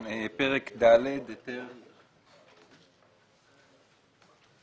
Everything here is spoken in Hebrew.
פרק ד': היתר לשליטה או